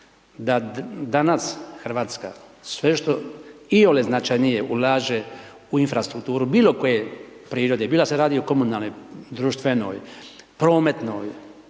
Da danas Hrvatska sve što iole značajnije ulaže u infrastrukturu bilo koje prirode, bilo da se radi o komunalnoj, društvenoj, prometnoj,